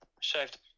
Shaved